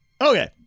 Okay